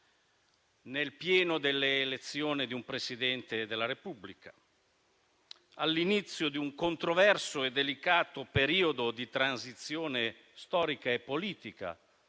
nel pieno dell'elezione del Presidente della Repubblica, all'inizio di un controverso e delicato periodo di transizione storica e politica